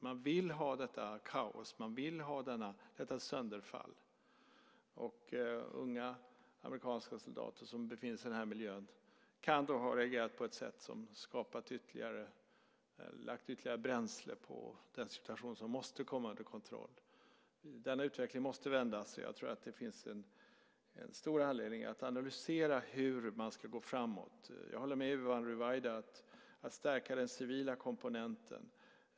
Man vill skapa kaos och sönderfall. Unga amerikanska soldater som befinner sig i denna miljö kan ha reagerat på ett sätt som har lagt ytterligare bränsle på elden. Situationen måste komma under kontroll. Utvecklingen måste vändas, och jag tror att det finns god anledning att analysera hur man ska gå framåt. Jag håller med Yvonne Ruwaida om att man måste stärka den civila komponenten.